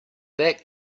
back